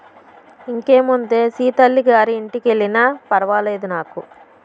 ఇంకేముందే సీతల్లి గారి ఇంటికెల్లినా ఫర్వాలేదు నాకు